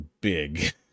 big